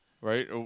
right